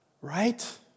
Right